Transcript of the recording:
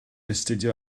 astudio